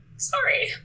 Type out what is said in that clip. sorry